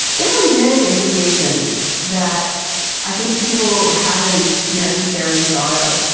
there are many implications that i think people haven't necessarily thought of.